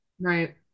Right